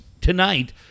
tonight